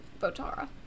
Botara